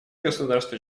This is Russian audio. государства